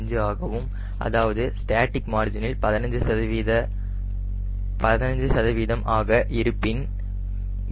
15 ஆகவும் அதாவது ஸ்டாடிக் மார்ஜினில் 15 ஆக இருப்பின் இந்த மதிப்பு 0